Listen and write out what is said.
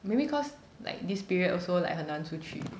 maybe cause like this period also like 很难出去